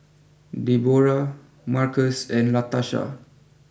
Debora Markus and Latasha